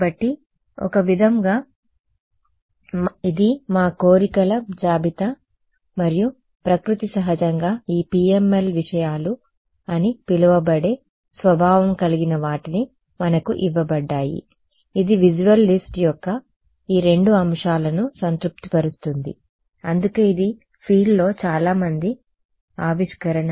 కాబట్టి ఒక విధముగా ఇది మా కోరికల జాబితా మరియు ప్రకృతి సహజం గా ఈ PML విషయాలు అని పిలవబడే స్వభావం కలిగిన వాటిని మనకుఇవ్వబడ్డాయి ఇది విజువల్ లిస్ట్ యొక్క ఈ రెండు అంశాలను సంతృప్తిపరుస్తుంది అందుకే ఇది ఫీల్డ్లో చాలా మంచి ఆవిష్కరణ